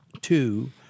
Two